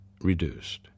reduced